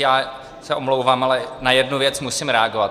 Já se omlouvám, ale na jednu věc musím reagovat.